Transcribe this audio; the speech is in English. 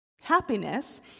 Happiness